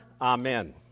Amen